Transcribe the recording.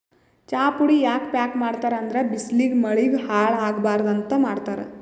ಚಾಪುಡಿ ಯಾಕ್ ಪ್ಯಾಕ್ ಮಾಡ್ತರ್ ಅಂದ್ರ ಬಿಸ್ಲಿಗ್ ಮಳಿಗ್ ಹಾಳ್ ಆಗಬಾರ್ದ್ ಅಂತ್ ಮಾಡ್ತಾರ್